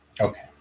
Okay